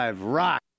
Rock